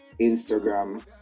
Instagram